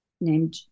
named